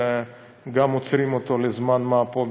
וגם עוצרים אותו לזמן מה פה,